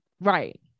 right